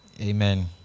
Amen